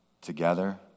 together